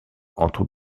entre